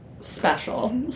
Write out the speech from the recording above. special